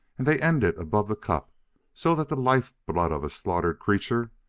and they ended above the cup so that the life-blood of a slaughtered creature,